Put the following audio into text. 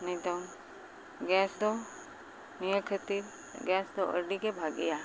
ᱱᱤᱛᱚᱝ ᱜᱮᱥᱫᱚ ᱱᱤᱭᱟᱹ ᱠᱷᱟᱹᱛᱤᱨ ᱜᱮᱥᱫᱚ ᱟᱹᱰᱤᱜᱮ ᱵᱷᱟᱜᱮᱭᱟ